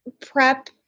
prep